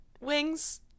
Wings